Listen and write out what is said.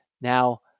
Now